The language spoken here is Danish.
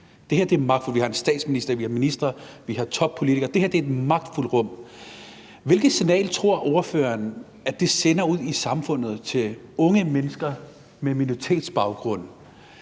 Det her er et magtfuldt rum: Vi har en statsminister, vi har ministre, vi har toppolitikere. Det her er et magtfuldt rum. Hvilket signal tror ordføreren at det sender ud i samfundet til unge mennesker med minoritetsbaggrund,